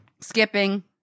skipping